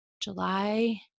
July